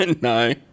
No